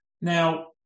Now